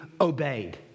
obeyed